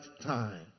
time